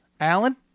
Alan